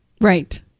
Right